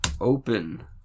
Open